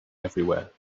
everywhere